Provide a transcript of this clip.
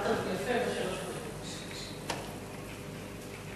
שלוש דקות.